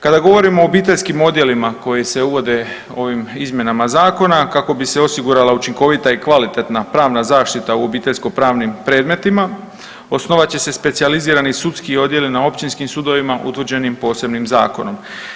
Kada govorimo o obiteljskim odjelima koji se uvode ovim izmjenama Zakona kako bi se osigurala učinkovita i kvalitetna pravna zaštita u obiteljsko-pravnim predmetima, osnovat će se specijalizirani Sudski odjeli na Općinskim sudovima utvrđenim posebnim Zakonom.